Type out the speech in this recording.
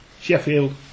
Sheffield